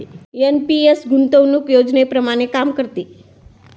NPS गुंतवणूक योजनेप्रमाणे काम करते